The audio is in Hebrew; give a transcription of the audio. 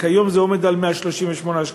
וכיום הוא עומד על 138 שקלים.